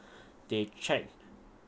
they check